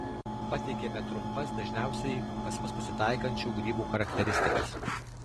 pateikiame trumpas dažniausiai pas mus pasitaikančių grybų charakteristikas